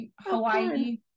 Hawaii